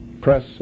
press